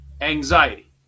Anxiety